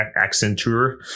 Accenture